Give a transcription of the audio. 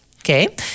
okay